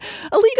illegal